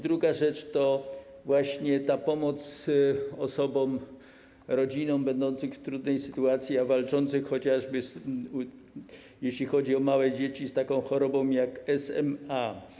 Druga rzecz to pomoc osobom, rodzinom będącym w trudnej sytuacji, a walczącym chociażby, jeśli chodzi o małe dzieci, z taką chorobą jak SMA.